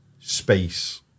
space